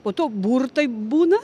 po to burtai būna